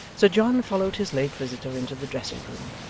sir john followed his late visitor into the dressing-room,